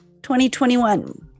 2021